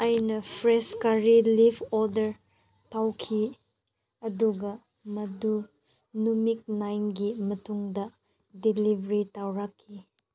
ꯑꯩꯅ fresh curry leaf order ꯇꯧꯈꯤ ꯑꯗꯨꯒ ꯃꯗꯨ ꯅꯨꯃꯤꯠ ꯅꯥꯏꯟꯒꯤ ꯃꯇꯨꯡꯗ ꯗꯤꯂꯤꯕꯔꯤ ꯇꯧꯔꯛꯈꯤ